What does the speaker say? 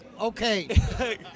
okay